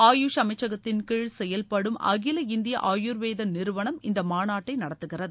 ஆயுஷ் அமைச்சகத்தின் கீழ் செயல்படும் அகில இந்திய ஆயுர்வேதா நிறுவனம் இந்த மாநாட்டை நடத்துகிறது